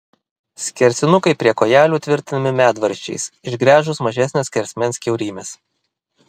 skersinukai prie kojelių tvirtinami medvaržčiais išgręžus mažesnio skersmens kiaurymes